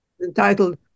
entitled